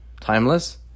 timeless